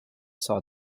saw